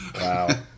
Wow